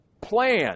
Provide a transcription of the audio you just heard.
plan